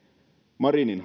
marinin